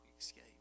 escape